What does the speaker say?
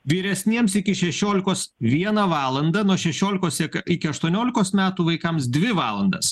vyresniems iki šešiolikos vieną valandą nuo šešiolikos iki aštuoniolikos metų vaikams dvi valandas